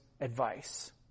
advice